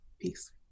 peace